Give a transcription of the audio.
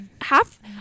half –